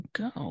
go